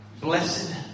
Blessed